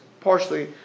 partially